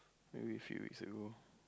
maybe few weeks ago